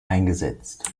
eingesetzt